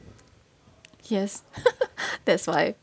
yes that's why